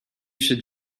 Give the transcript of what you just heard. should